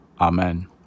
Amen